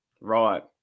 Right